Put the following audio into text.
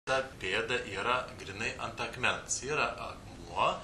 ta pėda yra grynai ant akmens yra akmuo